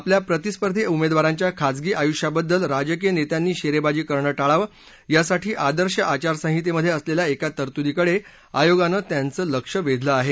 आपल्या प्रतिस्पर्धी उमेदवारांच्या खाजगी आयुष्याबद्दल राजकीय नेत्यांनी शेरेबाजी करणं टाळावं यासाठी आदर्श आघार संहितेमध्ये असलेल्या एका तरतुदीकडे आयोगानं त्यांचं लक्ष वेधलं आहे